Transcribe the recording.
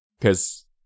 Cause